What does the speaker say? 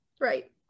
Right